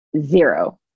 Zero